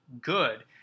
good